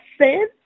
sin